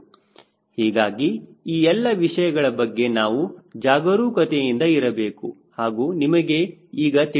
ಹೀಗಾಗಿ ಈ ಎಲ್ಲ ವಿಷಯಗಳ ಬಗ್ಗೆ ನಾವು ಜಾಗರೂಕತೆಯಿಂದ ಇರಬೇಕು ಹಾಗೂ ನಿಮಗೆ ಈಗ ತಿಳಿದಿದೆ